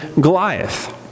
Goliath